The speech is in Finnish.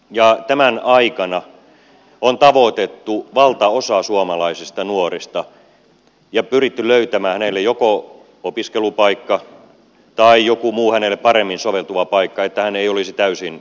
ja tämän aikana on tavoitettu valtaosa suomalaisista nuorista ja pyritty löytämään nuorelle joko opiskelupaikka tai joku muu hänelle paremmin soveltuva paikka että hän ei olisi täysin tyhjän päällä